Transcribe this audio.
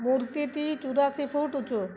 মূর্তিটি চুরাশি ফুট উঁচু